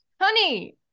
Honey